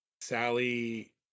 Sally